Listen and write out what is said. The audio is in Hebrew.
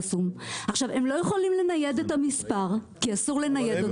הם לא יכולים לנייד את המספר כי אסור לנייד.